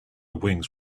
wings